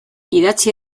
idatzi